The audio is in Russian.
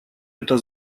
это